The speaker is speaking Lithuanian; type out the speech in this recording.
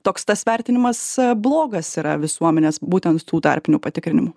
toks tas vertinimas blogas yra visuomenės būtent tų tarpinių patikrinimų